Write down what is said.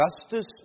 justice